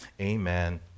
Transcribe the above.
amen